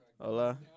Hola